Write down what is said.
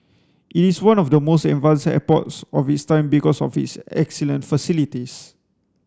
it is one of the most advanced airports of its time because of its excellent facilities